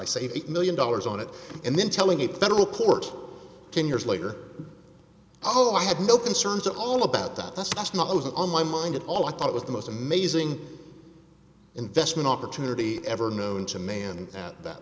i say eight million dollars on it and then telling a federal court can years later oh i had no concerns at all about that that's just not wasn't on my mind at all i thought it was the most amazing investment opportunity ever known to man at that